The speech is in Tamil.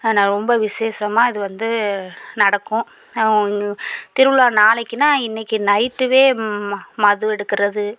ஆனால் ரொம்ப விசேஷமாக இது வந்து நடக்கும் திருவிழா நாளைக்குனா இன்னைக்கு நைட்டுவே மது எடுக்கிறது